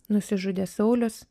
nusižudė saulius